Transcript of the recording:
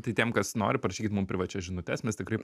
tai tiem kas nori parašykit mum privačias žinutes mes tikrai